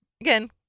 Again